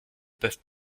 peuvent